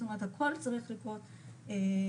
זאת אומרת הכל צריך לקרות ביחד.